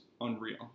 unreal